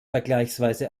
vergleichsweise